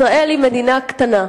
ישראל היא מדינה קטנה,